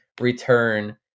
return